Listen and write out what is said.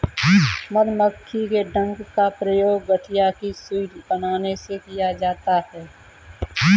मधुमक्खी के डंक का प्रयोग गठिया की सुई बनाने में किया जाता है